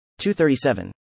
237